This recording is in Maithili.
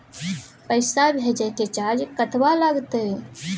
पैसा भेजय के चार्ज कतबा लागते?